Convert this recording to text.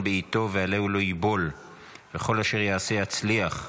בעתו ועלהו לא יִבּוֹל וכל אשר יעשה יצליח.